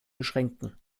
beschränken